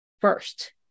first